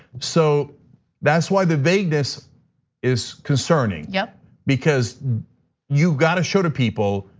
so that's why the vagueness is concerning, yeah because you gotta show to people,